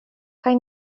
kaj